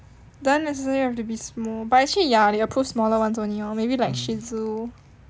doesn't necessarily have to be small but actually ya they approve smaller ones only lor maybe like shih tzu